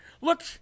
look